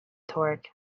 torque